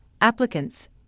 applicants